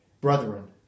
brethren